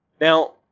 Now